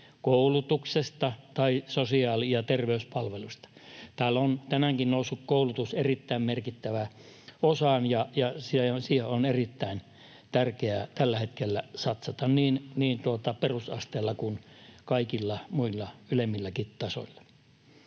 koulutuksesta tai sosiaali- ja terveyspalveluista. Täällä on tänäänkin noussut koulutus erittäin merkittävään osaan, ja siihen on erittäin tärkeää tällä hetkellä satsata niin perusasteella kuin kaikilla muilla ylemmilläkin tasoilla.